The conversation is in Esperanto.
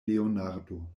leonardo